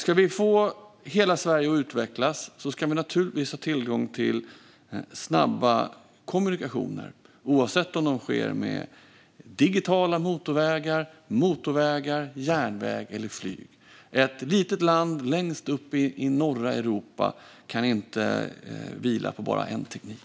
Om vi ska få hela Sverige att utvecklas ska vi naturligtvis ha tillgång till snabba kommunikationer oavsett om de sker med digitala motorvägar, motorvägar, järnväg eller flyg. Ett litet land längst uppe i norra Europa kan inte bara vila på en enda teknik.